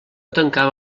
tancava